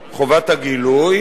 חובת הגילוי,